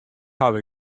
haw